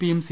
പിയും സി